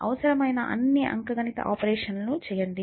అవసరమైన అన్ని అంకగణిత ఆపరేషన్ లను చెయ్యండి